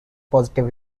positive